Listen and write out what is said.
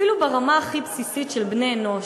ברמה הכי בסיסית של בני-אנוש.